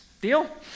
deal